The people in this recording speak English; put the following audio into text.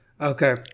Okay